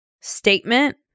statement